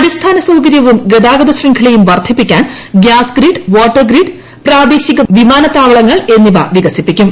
അടിസ്ഥാന സൌകര്യവും ഗതാഗത ശൃംഖലയും വർദ്ധിപ്പിക്കാൻ ഗ്യാസ് ഗ്രിഡ് വാട്ടർ ഗ്രിഡ് പ്രാദേശിക വിമാനത്താവളങ്ങൾ എന്നിവ വികസിപ്പിക്കും